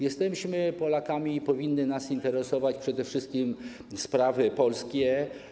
Jesteśmy Polakami i powinny nas interesować przede wszystkim sprawy polskie.